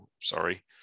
Sorry